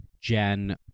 Jen